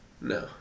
No